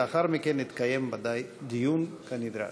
לאחר מכן יתקיים ודאי דיון, כנדרש.